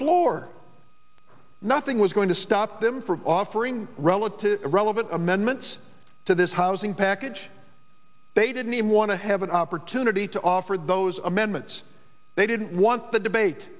floor nothing was going to stop them from offering relative relevant amendments to this housing package they didn't even want to have an opportunity to offered those amendments they didn't want the debate